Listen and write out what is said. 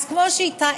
אז כמו שהתחלתי,